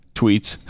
tweets